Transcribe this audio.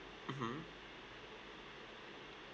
mmhmm